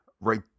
right